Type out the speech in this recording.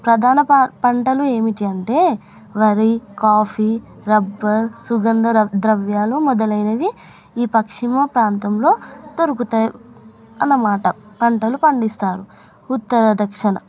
ప్రధాన పంటలు ఏమిటి అంటే వరి కాఫీ రబ్బర్ సుగంధ ర ద్రవ్యాలు మొదలైనవి ఈ పశ్చిమ ప్రాంతంలో దొరుకుతాయి అన్నమాట పంటలు పండిస్తారు ఉత్తర దక్షిణ